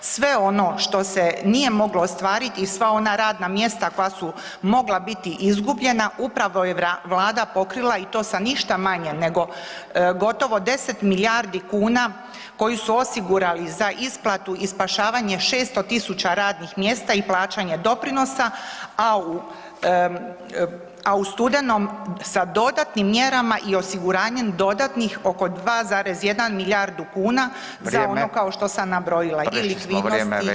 Sve ono što se nije moglo ostvariti i sva ona radna mjesta koja su mogla biti izgubljena, upravo je Vlada pokrila i to sa ništa manje nego gotovo 10 milijardi kuna koje su osigurali za isplatu i spašavanje 600 000 radnih mjesta i plaćanje doprinosa a u studenom sa dodatnim mjerama i osiguranjem dodatnih oko 2,1 milijardu kuna, za ono kao što sam nabrojila [[Upadica Radin: Vrijeme.]] i likvidnosti.